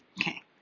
Okay